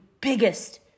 biggest